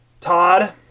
Todd